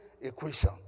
equation